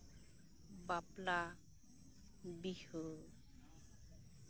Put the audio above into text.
ᱵᱟᱯᱞᱟ ᱵᱤᱦᱟᱹ